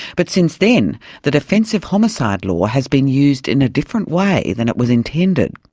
but since then the defensive homicide law has been used in a different way than it was intended.